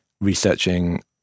researching